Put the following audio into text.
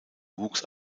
wuchs